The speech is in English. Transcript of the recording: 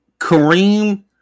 Kareem